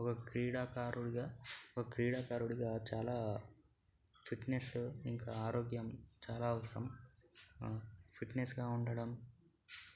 ఒక క్రీడాకారుడుగా ఒక క్రీడాకారుడుగా చాలా ఫిట్నెస్ ఇంకా ఆరోగ్యం చాలా అవసరం ఫిట్నెస్గా ఉండటం